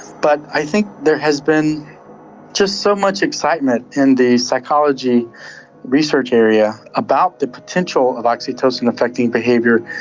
but i think there has been just so much excitement in the psychology research area about the potential of oxytocin affecting behaviour.